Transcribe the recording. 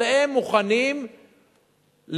אבל הם מוכנים להיאבק,